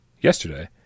Yesterday